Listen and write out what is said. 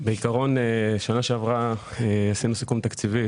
בעיקרון שנה שעברה עשינו סיכום תקציבי